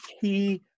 key